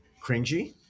cringy